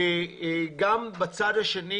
גם בצד השני,